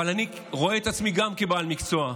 אבל אני רואה גם את עצמי כבעל מקצוע,